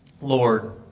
Lord